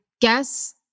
guess